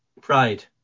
pride